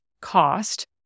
cost